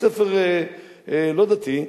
בית-ספר לא דתי,